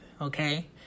okay